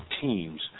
teams